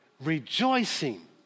rejoicing